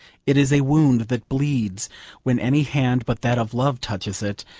it is a wound that bleeds when any hand but that of love touches it,